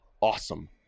awesome